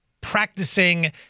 practicing –